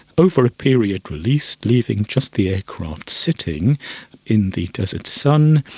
over a period, released, leaving just the aircraft sitting in the desert sun.